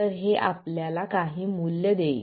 तर हे आपल्याला काही मूल्य देईल